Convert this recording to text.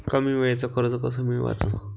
कमी वेळचं कर्ज कस मिळवाचं?